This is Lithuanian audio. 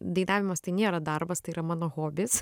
dainavimas tai nėra darbas tai yra mano hobis